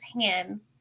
hands